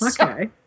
Okay